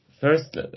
first